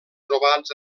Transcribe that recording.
trobats